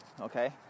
okay